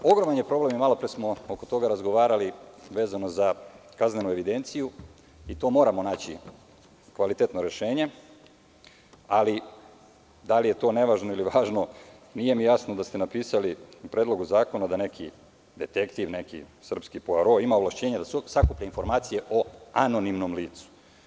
Ogroman je problem, i malopre smo o tome razgovarali, vezano za kaznenu evidenciju i tu moramo naći kvalitetno rešenje, ali da li je to nevažno ili važno, nije mi jasno da ste napisali u Predlogu zakona da neki detektiv, srpski Poaro ima ovlašćenja da sakupi informacije o anonimnom licu.